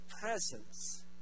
presence